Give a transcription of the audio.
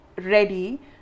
ready